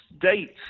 dates